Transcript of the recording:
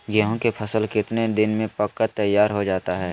गेंहू के फसल कितने दिन में पक कर तैयार हो जाता है